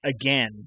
again